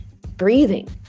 breathing